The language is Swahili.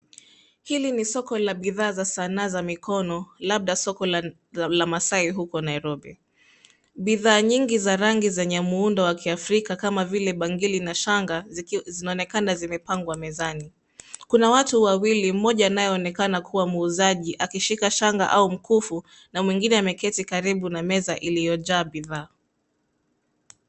Hili ni soko la bidhaa za sanaa za mikono, labda soko la maasai huko Nairobi. Bidhaa nyingi za rangi yenye muundo wa kiafrika kama vile bangili na shanga zinaonekana zimepangwa mezani. Kuna watu wawili, mmoja anayeonekana kuwa muuzaji akishika shanga au mkufu na mwingine ameketi karibu na meza iliyojaa bidhaa.